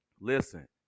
Listen